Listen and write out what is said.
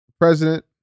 president